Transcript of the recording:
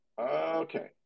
Okay